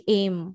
aim